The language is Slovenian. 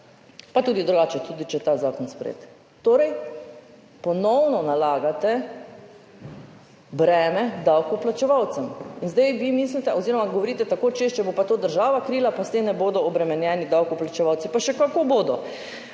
Pa tudi drugače, tudi če je ta zakon sprejet. Torej, ponovno nalagate breme davkoplačevalcem. In zdaj vi govorite tako, češ, če bo to država krila, pa s tem ne bodo obremenjeni davkoplačevalci. Pa še kako bodo!